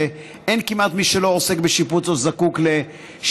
ואין כמעט מי שלא עוסק בשיפוץ או זקוק לשיפוץ.